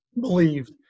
believed